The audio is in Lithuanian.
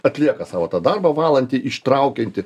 atlieka savo tą darbą valantį ištraukiantį